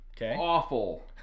Awful